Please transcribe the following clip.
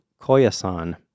Koyasan